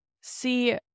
see